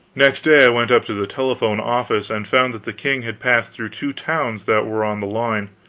next day i went up to the telephone office and found that the king had passed through two towns that were on the line.